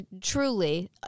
truly